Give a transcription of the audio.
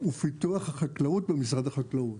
ופיתוח החקלאות במשרד החקלאות.